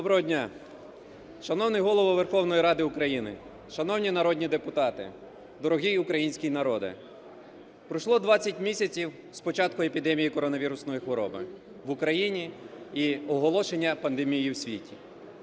Доброго дня! Шановний Голово Верховної Ради України, шановні народні депутати, дорогий український народе! Пройшло 20 місяців з початку епідемії коронавірусної хвороби в Україні і оголошення пандемії в світі.